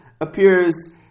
appears